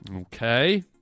Okay